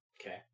Okay